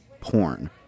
porn